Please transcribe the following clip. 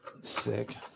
Sick